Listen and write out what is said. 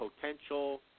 potential